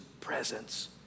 presence